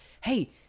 hey